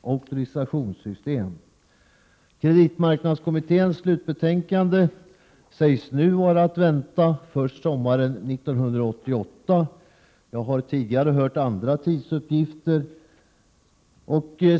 auktorisationssystem. Kreditmarknadskommitténs slutbetänkande sägs nu vara att vänta först sommaren 1988. Jag har tidigare hört andra tidsuppgifter.